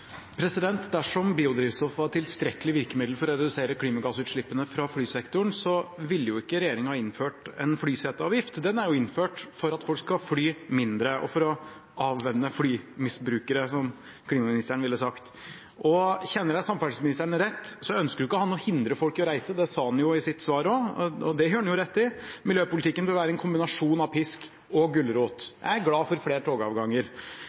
Dersom biodrivstoff var et tilstrekkelig virkemiddel for å redusere klimagassutslippene fra flysektoren, ville jo ikke regjeringen ha innført en flyseteavgift. Den er innført for at folk skal fly mindre og for å avvenne flymisbrukere, som klimaministeren ville sagt. Kjenner jeg samferdselsministeren rett, ønsker ikke han å hindre folk i å reise, det sa han jo i sitt svar også. Det gjør han rett i. Miljøpolitikken bør være en kombinasjon av pisk og gulrot. Jeg er glad for flere togavganger.